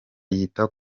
yita